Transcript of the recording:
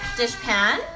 dishpan